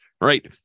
Right